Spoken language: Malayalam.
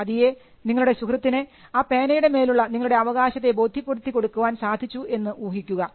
പതിയെ നിങ്ങളുടെ സുഹൃത്തിനെ ആ പേനയുടെ മേലുള്ള നിങ്ങളുടെ അവകാശത്തെ ബോധ്യപ്പെടുത്തിക്കൊടുക്കാൻ സാധിച്ചു എന്ന് ഊഹിക്കുക